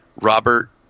Robert